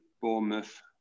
Bournemouth